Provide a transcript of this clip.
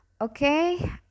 okay